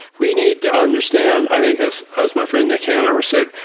we need to understand, i think as as my friend nick hanover said,